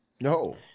No